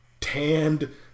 tanned